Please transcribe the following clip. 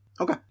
Okay